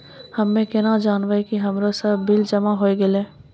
हम्मे केना जानबै कि हमरो सब बिल जमा होय गैलै?